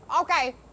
okay